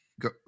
Go